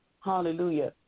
Hallelujah